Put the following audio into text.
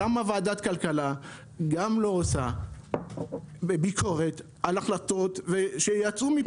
אבל למה ועדת כלכלה גם לא עושה ביקורת על החלטות שיצאו מפה?